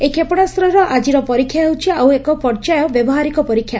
ଏହି କ୍ଷେପଣାସ୍ସର ଆଜିର ପରୀକ୍ଷା ହେଉଛି ଆଉ ଏକ ପର୍ଯ୍ୟାୟ ବ୍ୟବହାରିକ ପରୀକ୍ଷା